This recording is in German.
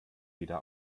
wieder